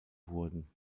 wurden